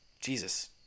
Jesus